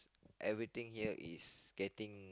every thing here is getting